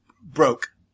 broke